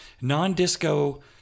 non-disco